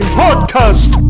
podcast